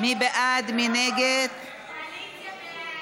סעיף 19,